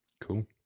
Cool